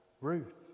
Ruth